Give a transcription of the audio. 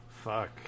fuck